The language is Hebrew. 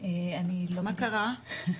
מה קורה?